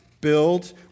build